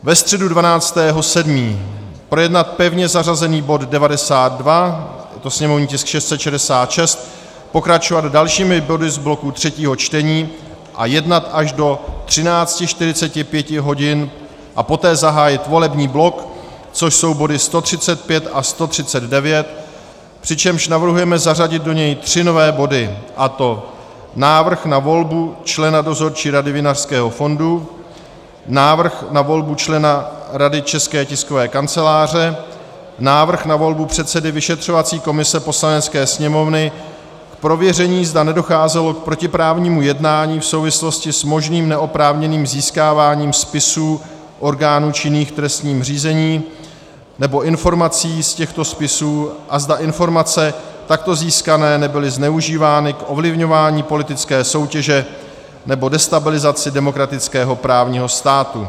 Ve středu 12. 7. projednat pevně zařazený bod 92, je to sněmovní tisk 666, pokračovat dalšími body z bloku třetího čtení a jednat až do 13.45 hodin a poté zahájit volební blok, což jsou body 135 a 139, přičemž navrhujeme zařadit do něj tři nové body, a to návrh na volbu člena Dozorčí rady Vinařského fondu, návrh na volbu člena Rady České tiskové kanceláře, návrh na volbu předsedy vyšetřovací komise Poslanecké sněmovny k prověření, zda nedocházelo k protiprávnímu jednání v souvislosti s možným neoprávněným získáváním spisů orgánů činných v trestním řízení nebo informací z těchto spisů a zda informace takto získané nebyly zneužívány k ovlivňování politické soutěže nebo destabilizaci demokratického právního státu.